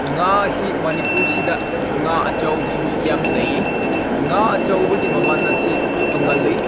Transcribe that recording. ꯉꯥꯁꯤ ꯃꯅꯤꯄꯨꯔꯁꯤꯗ ꯉꯥ ꯑꯆꯧꯕꯁꯤꯁꯨ ꯌꯥꯝ ꯂꯩꯌꯦ ꯉꯥ ꯑꯆꯧꯕꯒꯤ ꯃꯃꯜ ꯑꯁꯤ ꯇꯣꯡꯉꯥꯜꯂꯤ